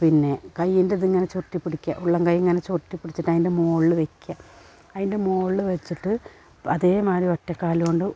പിന്നെ കയ്യിൻറ്റിതിങ്ങനെ ചുരുട്ടി പിടിക്കുക ഉള്ളം കയ്യിങ്ങനെ ചുരുട്ടി പിടിച്ചിട്ട് അതിൻ്റെ മോൾള് വെക്കുക അതിൻ്റെ മോൾള് വെച്ചിട്ട് അതേ മാതിരി ഒറ്റക്കാലുകൊണ്ട് ഒ